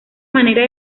manera